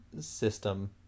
system